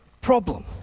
problem